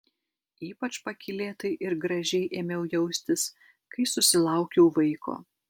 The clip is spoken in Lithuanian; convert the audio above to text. ypač pakylėtai ir gražiai ėmiau jaustis kai susilaukiau vaiko